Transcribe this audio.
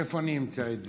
איפה אני אמצא את זה?